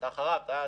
אתה יודע טוב